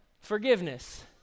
forgiveness